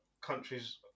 countries